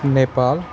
Nepal